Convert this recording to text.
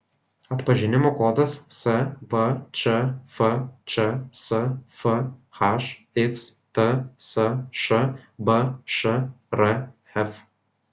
atpažinimo kodas svčf čsfh xtsš bšrf